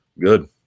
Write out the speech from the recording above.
Good